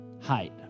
height